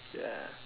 ya